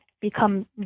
become